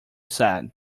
said